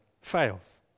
fails